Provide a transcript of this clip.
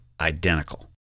identical